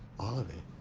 all of it.